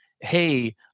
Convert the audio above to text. hey